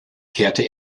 kehrte